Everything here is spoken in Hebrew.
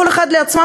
כל אחד לעצמו,